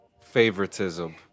Favoritism